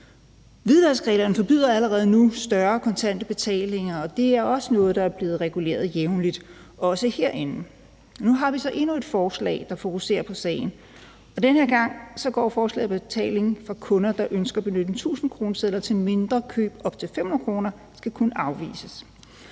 Hvidvaskreglerne forbyder allerede nu større kontante betalinger, og det er også noget, der er blevet reguleret jævnligt, også herinde. Nu har vi så endnu et forslag, der fokuserer på sagen, og den her gang går forslaget på, at betaling fra kunder, der ønsker at benytte en 1.000-kroneseddel til mindre køb på op til 500 kr., skal kunne afvises.